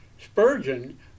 Spurgeon